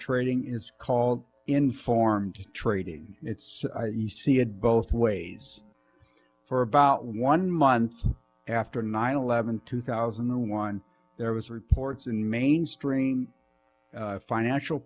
trading is called informed trading it's you see it both ways for about one month after nine eleven two thousand and one there was reports in mainstream financial